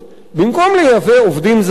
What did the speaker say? במקום לייבא עובדים זרים,